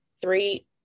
three